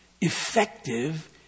effective